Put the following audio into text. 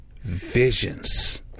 visions